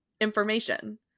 information